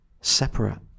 separate